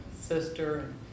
sister